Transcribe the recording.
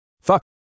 Fuck